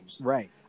Right